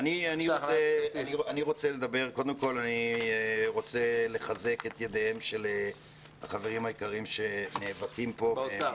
אני רוצה לחזק את ידיהם של החברים היקרים שנאבקים פה -- באוצר,